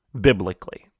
biblically